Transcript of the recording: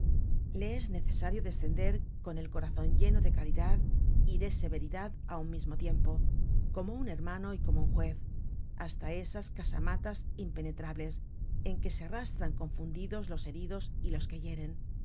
le es necesario descender con el corazon lleno de caridad y de severidad á un mismo tiempo como un hermano y como un juez hasta esas casamatas impenetrables en que se arrastran confundidos los heridos y los que hieren